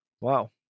Wow